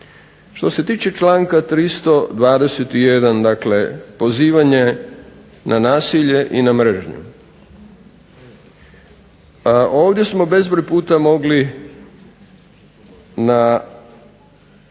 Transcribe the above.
Što se tiče članka 321., dakle pozivanje na nasilje i na mržnju, ovdje smo … /Loša snimka,